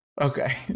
Okay